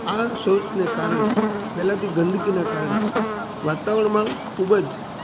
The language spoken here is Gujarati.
આ શૌચને કારણે ફેલાતી ગંદકીના કારણે વાતાવરણમાં ખૂબ જ